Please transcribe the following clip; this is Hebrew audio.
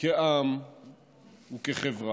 כעם וכחברה.